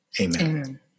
Amen